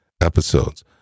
episodes